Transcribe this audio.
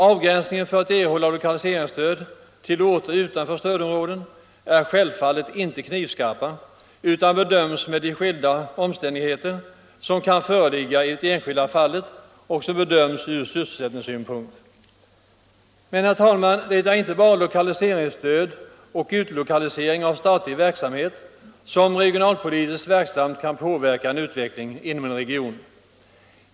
Avgränsningen för att erhålla lokaliseringsstöd till orter utanför stödområden är självfallet inte knivskarp utan bedöms med hänsyn till de olika omständigheter som kan föreligga i det enskilda fallet och ur sysselsättningssynpunkt. Men, herr talman, det är inte bara lokaliseringsstöd och utlokalisering av statlig verksamhet som regionalpolitiskt verksamt kan påverka utvecklingen inom en region.